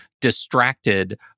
distracted